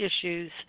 issues